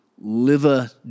liver